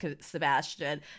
sebastian